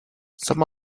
some